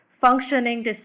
functioning